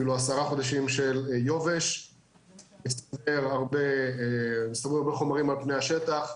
אפילו עשרה חודשים של יובש הצטברו הרבה חומרים על פני השטח.